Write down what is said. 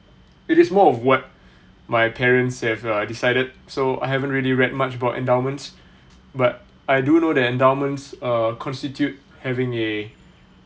it is more of what my parents have uh decided so I haven't really read much about endowments but I do know that endowments uh constitute having a